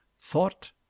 thought